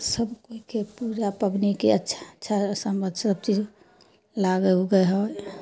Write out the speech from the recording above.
सब कोइके पूजा पबनीके अच्छा अच्छा सब सब चीज लागे उगे हइ